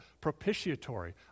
propitiatory